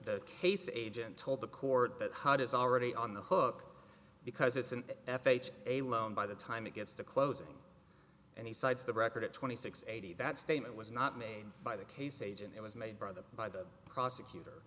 the case agent told the court that hot is already on the hook because it's an f h a loan by the time it gets to closing and he cites the record at twenty six eighty that statement was not made by the case agent it was made by the by the prosecutor